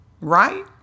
right